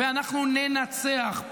ואנחנו ננצח.